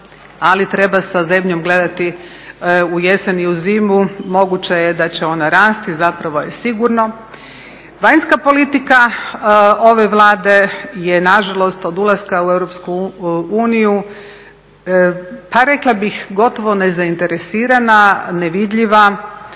a treba sa zebnjom gledati u jesen i u zimu, moguća je da će ona rasti, zapravo je sigurno. Vanjska politika ove Vlade je nažalost od ulaska u EU pa rekla bih gotovo nezainteresirana, nevidljiva,